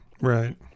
Right